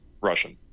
russian